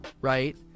right